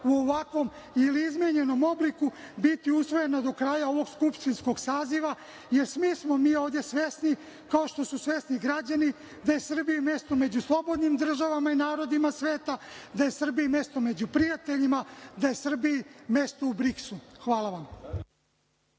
u ovakvom ili izmenjenom obliku biti usvojena do kraja ovog skupštinskog saziva, jer svi smo mi ovde svesni, kao što su svesni građani, da je Srbiji mesto među slobodnim državama i narodima sveta, da je Srbiji mesto među prijateljima, da je Srbiji mesto u BRIKS-u. Hvala vam.